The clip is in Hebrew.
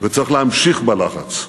וצריך להמשיך בלחץ.